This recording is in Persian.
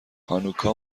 هانوکا